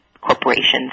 corporations